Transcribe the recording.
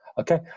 okay